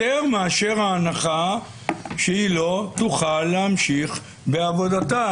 יותר מאשר ההנחה שהיא לא תוכל להמשיך בעבודתה?